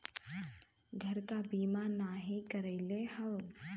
घर क बीमा नाही करइले हउवा